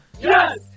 Yes